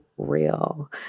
real